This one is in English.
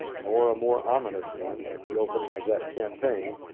nor a more ominous one at the opening of that campaign,